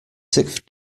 sixth